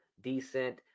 decent